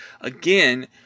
again